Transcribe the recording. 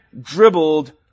dribbled